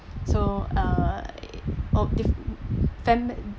so uh of the fami~